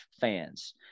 fans